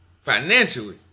Financially